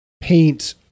paint